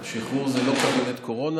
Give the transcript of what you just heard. שחרור זה לא קבינט קורונה.